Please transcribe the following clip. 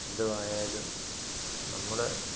എന്തുവായാലും നമ്മുടെ